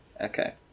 Okay